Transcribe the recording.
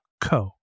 co